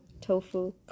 tofu